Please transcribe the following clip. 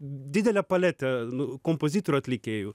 didelė paletė nu kompozitorių atlikėjų